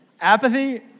Apathy